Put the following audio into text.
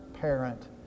parent